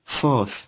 Fourth